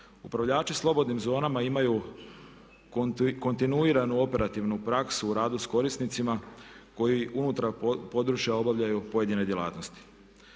Upravljači slobodnim zonama imaju kontinuiranu operativnu praksu u radu s korisnicima koji unutar područja obavljaju pojedine djelatnosti.